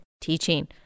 teaching